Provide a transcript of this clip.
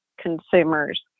consumers